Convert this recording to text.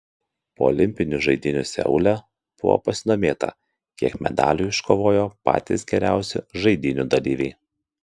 po olimpinių žaidynių seule buvo pasidomėta kiek medalių iškovojo patys geriausi žaidynių dalyviai